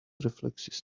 reflexes